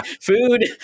food